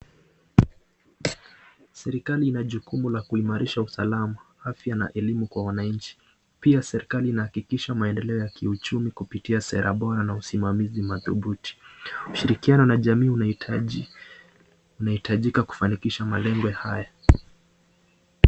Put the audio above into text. Serekali ina jukumu la kuimarisha usalama afya na elimu kwa wananchi pia serekali inahakikisha maendeleo ya kiuchumi kupitia sera bora na usimamizi madhubuti. Ushirikiano na jamii unahitajika kufanikisha malengo haya.